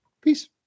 Peace